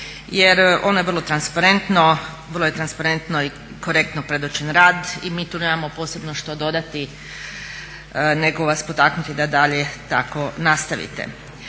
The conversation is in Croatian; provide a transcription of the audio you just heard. jer ono je vrlo transparentno, vrlo je transparentno i korektno predočen rad i mi tu nemamo posebno što dodati nego vas potaknuti da dalje tako nastavite.